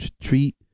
treat